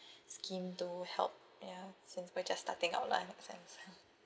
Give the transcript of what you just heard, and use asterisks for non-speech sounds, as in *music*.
scheme to help ya since we're just starting up lah in a sense *laughs*